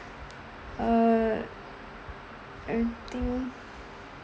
err I think